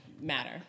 matter